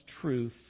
truth